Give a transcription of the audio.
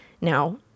now